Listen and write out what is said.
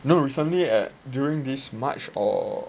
no recently at during this march or